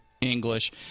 English